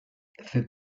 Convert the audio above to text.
fait